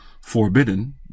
forbidden